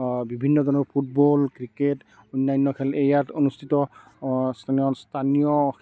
বিভিন্ন ধৰনৰ football cricket অনান্য খেল ইয়াত অনুস্থিত স্থানীয়